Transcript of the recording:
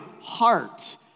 heart